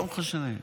לא משנה.